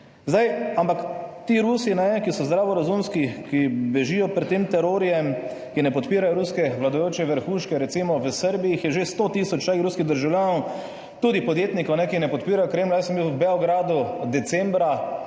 zdaj. Ampak ti Rusi, ne, ki so zdravorazumski, ki bežijo pred tem terorjem, ki ne podpirajo ruske vladajoče vrhuške, recimo v Srbiji jih je že 100 tisoč ruskih državljanov, tudi podjetnikov, ki ne podpirajo Kremlja, jaz sem bil v Beogradu decembra,